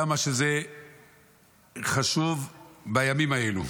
כמה שזה חשוב בימים האלו.